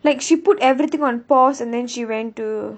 like she put everything on pause and then she went to